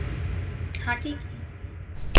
हाँ ठीक